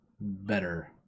better